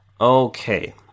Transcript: Okay